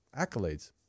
accolades